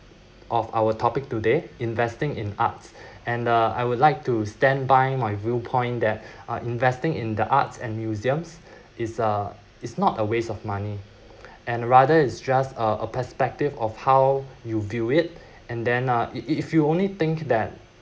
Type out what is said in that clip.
of our topic today investing in arts and uh I would like to stand by my viewpoint that are investing in the arts and museums is uh it's not a waste of money and rather is just a a perspective of how you view it and then uh if if if you only think that